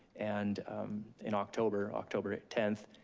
and in october, october tenth,